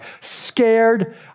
scared